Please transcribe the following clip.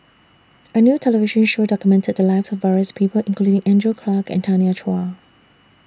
A New television Show documented The Lives of various People including Andrew Clarke and Tanya Chua